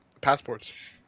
passports